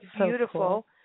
Beautiful